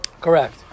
Correct